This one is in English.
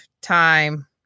time